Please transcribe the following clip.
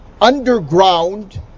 underground